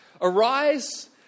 Arise